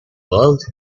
world